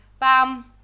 Bam